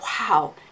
wow